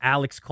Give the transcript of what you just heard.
Alex